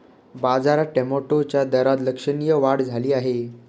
बाजारात टोमॅटोच्या दरात लक्षणीय वाढ झाली आहे